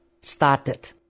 started